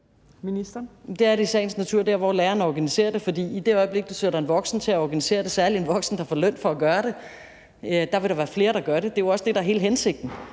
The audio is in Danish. Det er det i sagens natur der, hvor lærerne organiserer det, for i det øjeblik, du sætter en voksen til at organisere det, særlig en voksen, der får løn for at gøre det, vil der være flere, der gør det, og det er også det, der er hele hensigten.